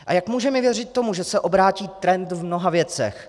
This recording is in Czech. A jak můžeme věřit tomu, že se obrátí trend v mnoha věcech?